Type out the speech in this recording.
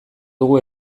dugu